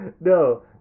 No